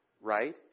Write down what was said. right